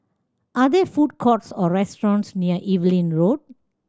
are there food courts or restaurants near Evelyn Road